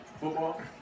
Football